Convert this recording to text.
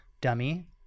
dummy